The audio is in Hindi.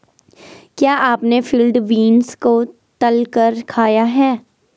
क्या आपने फील्ड बीन्स को तलकर खाया है?